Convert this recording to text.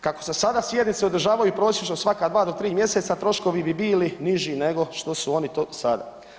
Kako se sada sjednice održavaju prosječno svaka dva do tri mjeseca troškovi bi bili niži nego što su oni to sada.